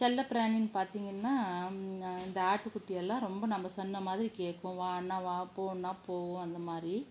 செல்லப் பிராணிகன்னு பார்த்திங்கன்னா இந்த ஆட்டுக்குட்டி எல்லாம் ரொம்ப நம்ம சொன்ன மாதிரி கேட்கும் வான்னா வா போன்னா போகும் அந்த மாதிரி